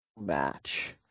match